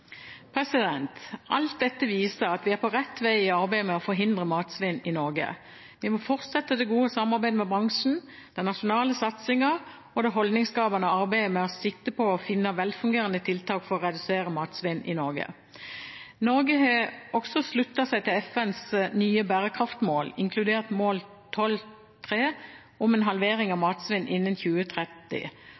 Alt dette viser at vi er på rett vei i arbeidet med å forhindre matsvinn i Norge. Vi må fortsette det gode samarbeidet med bransjen, den nasjonale satsingen og det holdningsskapende arbeidet med sikte på å finne velfungerende tiltak for å redusere matsvinn i Norge. Norge har også sluttet seg til FNs nye bærekraftmål, inkludert mål 12.3 om en halvering av matsvinn innen 2030.